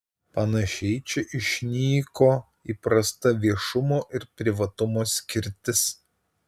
panašiai čia išnyko įprasta viešumo ir privatumo skirtis